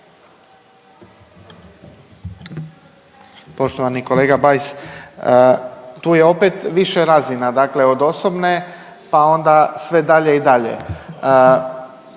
Poštovani kolega Bajs, tu je opet više razina dakle od osobne pa onda sve dalje i dalje.